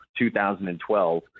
2012